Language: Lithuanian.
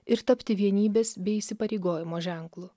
ir tapti vienybės bei įsipareigojimo ženklu